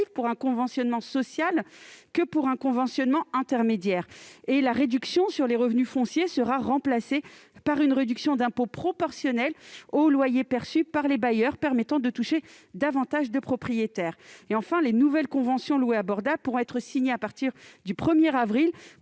pour un conventionnement social que pour un conventionnement intermédiaire. La réduction sur les revenus fonciers sera remplacée par une réduction d'impôt proportionnelle aux loyers perçus par les bailleurs, ce qui permettra de toucher davantage de propriétaires. Enfin, les nouvelles conventions du dispositif « Louer abordable » pourront être signées à partir du 1 avril